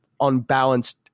unbalanced